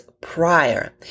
prior